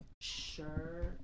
Sure